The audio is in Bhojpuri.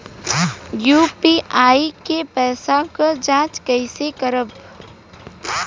यू.पी.आई के पैसा क जांच कइसे करब?